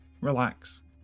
relax